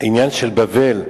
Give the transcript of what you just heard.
שהעניין של בבל,